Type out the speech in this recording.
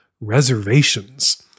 Reservations